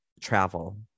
travel